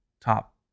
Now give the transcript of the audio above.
top